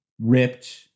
ripped